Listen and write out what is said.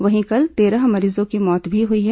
वहीं कल तेरह मरीजों की मौत भी हुई है